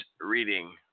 reading